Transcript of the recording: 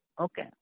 okay